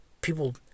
People